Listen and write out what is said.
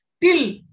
till